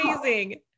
amazing